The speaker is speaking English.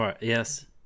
yes